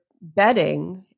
bedding